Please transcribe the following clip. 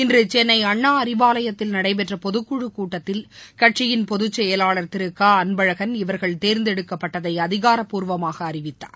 இன்று சென்னை அண்ணா அறிவாலயத்தில் நடைபெற்ற பொதுக்குழுக் கூட்டத்தில் கட்சியின் பொதுச்செயலாளர் திரு க அன்பழகள் இவர்கள் தேர்ந்தெடுக்கப்பட்டதை அதிகாரப்பூர்வமாக அறிவித்தார்